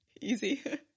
Easy